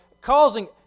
causing